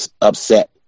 upset